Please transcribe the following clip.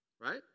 right